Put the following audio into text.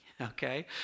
Okay